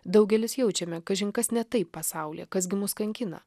daugelis jaučiame kažin kas ne taip pasaulyje kas gi mus kankina